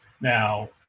Now